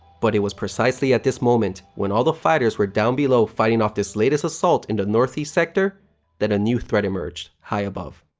but, it was precisely at this moment when all the fighters were down below fighting off this latest assault in the northeast sector that a new threat emerged high above.